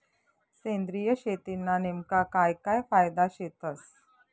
सेंद्रिय शेतीना नेमका काय काय फायदा शेतस?